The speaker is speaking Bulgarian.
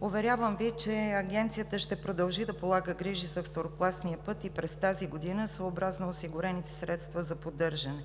Уверявам Ви, че Агенцията ще продължи да полага грижи за второкласния път и през тази година, съобразно осигурените средства за поддържане.